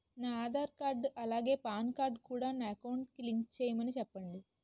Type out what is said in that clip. నా ఆధార్ కార్డ్ అలాగే PAN card కూడా నా అకౌంట్ కి లింక్ చేయమని చెప్పండి